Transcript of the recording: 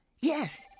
Yes